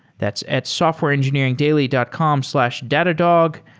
that's at softwareengineeringdaily dot com slash datadog.